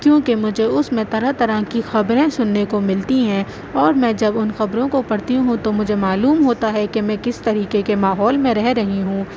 کیونکہ مجھے اس میں طرح طرح کی خبریں سننے کو ملتی ہیں اور میں جب ان خبروں کو پڑھتی ہوں تو مجھے معلوم ہوتا ہے کہ میں کس طریقے کے ماحول میں رہ رہی ہوں